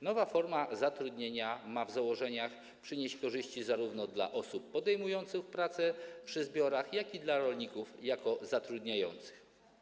Nowa formuła zatrudnienia ma w założeniach przynieść korzyści zarówno osobom podejmującym pracę przy zbiorach, jak i rolnikom jako zatrudniającym.